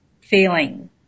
feeling